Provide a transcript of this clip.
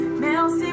merci